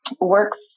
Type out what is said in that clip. works